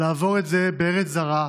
לעבור את זה בארץ זרה,